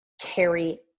carry